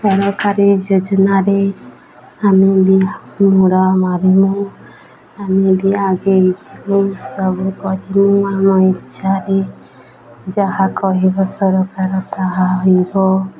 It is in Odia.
ସରକାରୀ ଯୋଜନାରେ ଆମେ ବି ମଡ଼ ମାରିମୁ ଆମେ ବି ଆଗେଇ ଯିମୁ ସବୁ କରିମୁ ଆମ ଇଚ୍ଛାରେ ଯାହା କହିବ ସରକାର ତାହା ହେବ